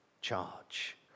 charge